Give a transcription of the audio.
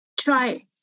Try